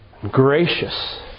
gracious